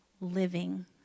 living